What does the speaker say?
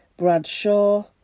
Bradshaw